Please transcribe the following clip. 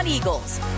Eagles